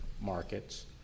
markets